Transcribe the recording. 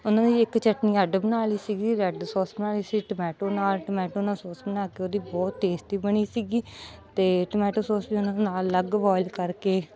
ਉਹਨਾਂ ਦੀ ਇੱਕ ਚੱਟਨੀ ਅੱਡ ਬਣਾ ਲਈ ਸੀਗੀ ਰੈਡ ਸੋਸ ਬਣਾ ਲਈ ਸੀ ਟਮੈਟੋ ਨਾਲ ਟੋਮੈਟੋ ਨਾਲ ਸੋਸ ਬਣਾ ਕੇ ਉਹਦੀ ਬਹੁਤ ਟੇਸਟੀ ਬਣੀ ਸੀਗੀ ਅਤੇ ਟੋਮੈਟੋ ਸੋਸ ਵੀ ਉਹਨਾਂ ਨੂੰ ਨਾਲ ਅਲੱਗ ਬੋਇਲ ਕਰਕੇ